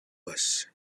bus